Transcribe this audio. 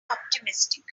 optimistic